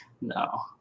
No